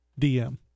dm